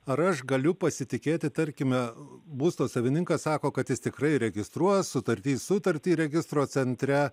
ar aš galiu pasitikėti tarkime būsto savininkas sako kad jis tikrai registruos sutartį sutartį registrų centre